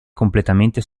completamente